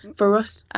for us,